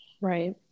Right